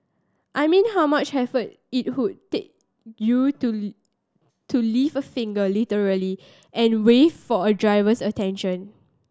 I mean how much effort it would take you to to lift a finger literally and wave for a driver's attention